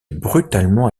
brutalement